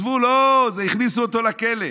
הכניסו אותו לכלא,